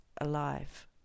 alive